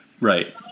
right